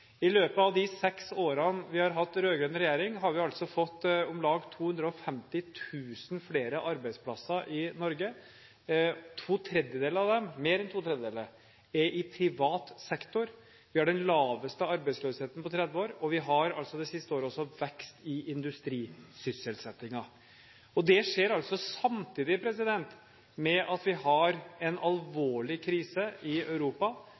I løpet av de seks årene vi har hatt rød-grønn regjering, har vi altså fått om lag 250 000 flere arbeidsplasser i Norge, mer enn to tredjedeler av dem er i privat sektor. Vi har den laveste arbeidsløsheten på 30 år, og vi har altså det siste året også hatt vekst i industrisysselsettingen. Det skjer altså samtidig med at vi har en alvorlig krise i Europa,